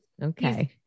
Okay